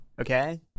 okay